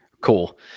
Cool